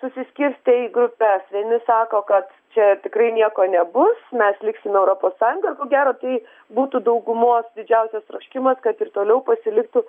susiskirstę į grupes vieni sako kad čia tikrai nieko nebus mes liksime europos sąjungoje ko gero tai būtų daugumos didžiausias troškimas kad ir toliau pasiliktų